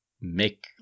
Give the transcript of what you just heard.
make